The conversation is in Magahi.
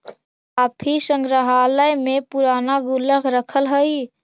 काफी संग्रहालय में पूराना गुल्लक रखल हइ